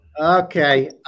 Okay